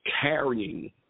carrying